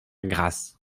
grasse